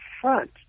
front